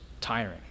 tiring